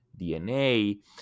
DNA